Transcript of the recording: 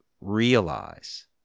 realize